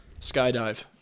Skydive